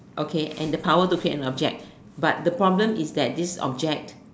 okay and the power to create an object but the problem is that this object